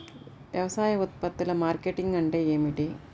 వ్యవసాయ ఉత్పత్తుల మార్కెటింగ్ అంటే ఏమిటి?